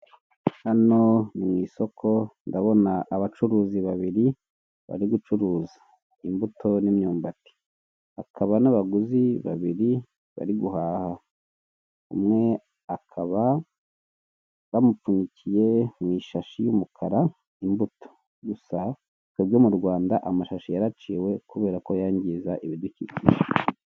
Hano ni mu isoko ndabona abacuruzi babiri bari gucuruza imbuto n'imyumbati. Hakaba n'abaguzi babiri bari guhaha umwe akaba bamupfunyikiye mu ishashi y'umukara imbuto gusa twebwe mu Rwanda amashashi yaraciwe kubera ko yangiza ibidukikije.